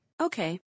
Okay